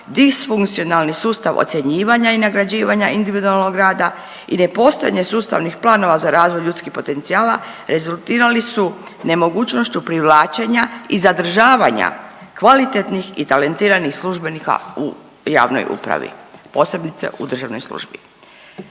disfunkcionalni sustav ocjenjivanja i nagrađivanja individualnog rada i nepostojanje sustavnih planova za razvoj ljudskih potencijala rezultirali su nemogućnošću privlačenja i zadržavanja kvalitetnih i talentiranih službenika u javnoj upravi, posebice u državnoj službi.